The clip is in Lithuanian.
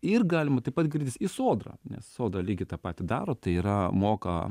ir galima taip pat kreiptis į sodrą nes soda lygiai tą patį daro tai yra moka